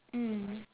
mm